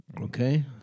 Okay